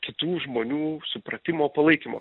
kitų žmonių supratimo palaikymo